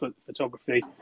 photography